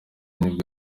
nibwo